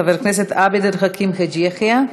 חבר הכנסת עבד אל חכים חאג' יחיא.